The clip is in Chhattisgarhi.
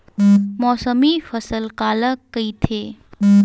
मौसमी फसल काला कइथे?